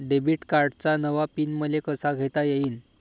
Debit कार्डचा नवा pin मले कसा घेता येईन?